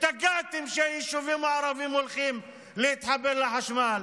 השתגעתם שהיישובים הערביים הולכים להתחבר לחשמל.